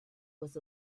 was